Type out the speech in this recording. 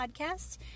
podcast